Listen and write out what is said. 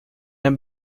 han